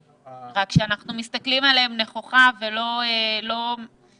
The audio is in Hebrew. אלא שאנחנו מסתכלים עליהם נכוחה ולא מעצבים